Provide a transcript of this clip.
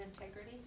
integrity